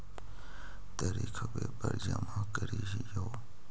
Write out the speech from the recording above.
तरिखवे पर जमा करहिओ?